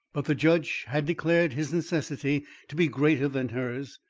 but the judge had declared his necessity to be greater than hers,